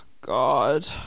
god